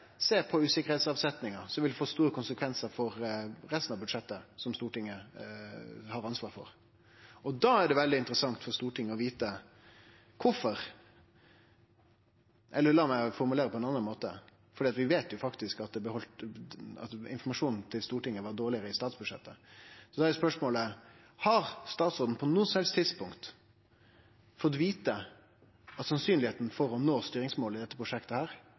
på usikkerheitsavsetninga, som vil ha store konsekvensar for resten av budsjettet som Stortinget har ansvaret for. Da er det veldig interessant for Stortinget å vite kvifor. Eller la meg formulere det på ein annan måte, for vi veit faktisk at informasjonen til Stortinget var dårlegare i statsbudsjettet. Da er spørsmålet: Har statsråden på noko som helst tidspunkt fått vite at det er svært lite sannsynleg å nå styringsmålet i dette prosjektet?